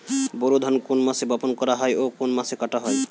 বোরো ধান কোন মাসে বপন করা হয় ও কোন মাসে কাটা হয়?